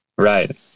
Right